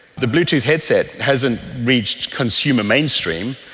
the bluetooth headset hasn't reached consumer mainstream.